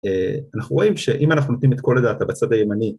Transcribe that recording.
‫אה... אנחנו רואים ש-אם אנחנו נותנים ‫את כל הדאטה בצד הימני...